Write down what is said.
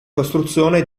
costruzione